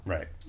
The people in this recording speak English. Right